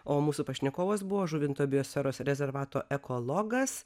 o mūsų pašnekovas buvo žuvinto biosferos rezervato ekologas